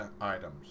items